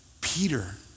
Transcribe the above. Peter